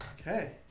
Okay